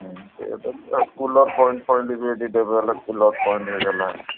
ସେ cooler point point ଯଦି ଦେବେ ହେଲେ କୁଲର୍ ପଏଣ୍ଟ ହେଇଗଲା